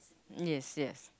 yes yes